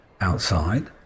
outside